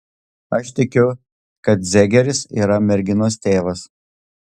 aš tikiu kad zegeris yra merginos tėvas